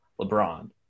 LeBron